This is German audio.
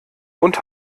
und